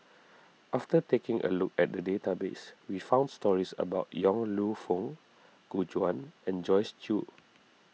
after taking a look at the database we found stories about Yong Lew Foong Gu Juan and Joyce Jue